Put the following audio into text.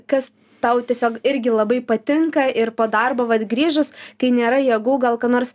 kas tau tiesiog irgi labai patinka ir po darbo vat grįžus kai nėra jėgų gal ką nors